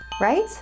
Right